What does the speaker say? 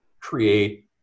create